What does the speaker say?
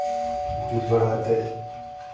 ᱡᱩᱛ ᱵᱟᱲᱟ ᱠᱟᱛᱮ